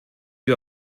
you